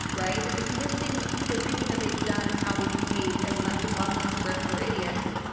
right? if you're dismissing everything that they've done and how they behave as a bunch of bumbling grifter idiots,